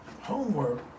Homework